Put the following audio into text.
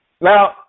Now